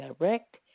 direct